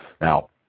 Now